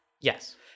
Yes